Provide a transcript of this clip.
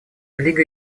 лига